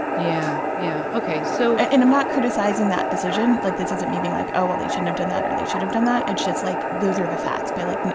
yeah, yeah. ok. so. and and i'm not criticizing that decision. like, this isn't me being like, oh, well, they shouldn't have done that, or they should have done that. it's just, like, those are the facts. but, like,